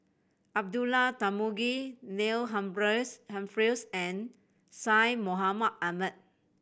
Abdullah Tarmugi Neil Humphreys and Syed Mohamed Ahmed